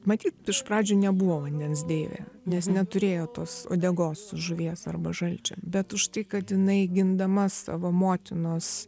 matyt iš pradžių nebuvo vandens deivė nes neturėjo tos uodegos žuvies arba žalčio bet už tai kad jinai gindama savo motinos